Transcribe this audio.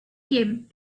came